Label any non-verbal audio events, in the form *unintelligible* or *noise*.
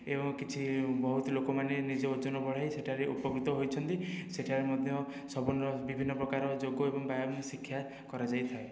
ଏବଂ କିଛି ବହୁତ ଲୋକମାନେ ନିଜ ଓଜନ ବଢ଼ାଇ ସେଠାରେ ଉପକୃତ ହୋଇଛନ୍ତି ସେଠାରେ ମଧ୍ୟ ସବୁ *unintelligible* ବିଭିନ୍ନ ପ୍ରକାର ଯୋଗ ଏବଂ ବ୍ୟାୟାମ ଶିକ୍ଷା କରାଯାଇଥାଏ